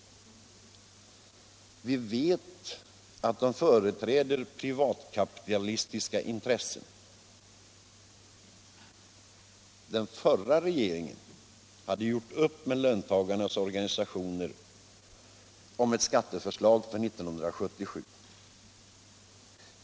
Vi vet ju att regeringen företräder privatkapitalistiska intressen. Den förra regeringen hade gjort upp med löntagarnas organisationer om ett skatteförslag för 1977.